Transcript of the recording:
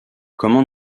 comment